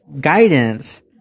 guidance